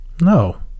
No